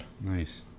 Nice